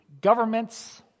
Governments